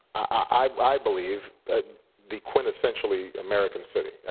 i believe, the quintessentially american city.